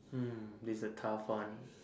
mm this a tough one